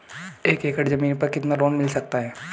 एक एकड़ जमीन पर कितना लोन मिल सकता है?